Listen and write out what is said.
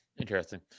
interesting